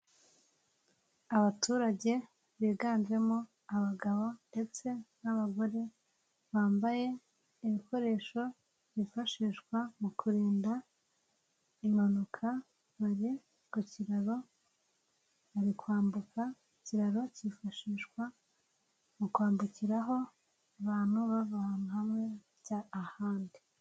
Abaturage biganjemo abagabo ndetse n'abagore bambaye ibikoresho byifashishwa mu kurinda impanuka, bari ku kiraro bari kwambuka ikiraro cyifashishwa mu kwambukiraho abantu bava hamwe bajya ahandi.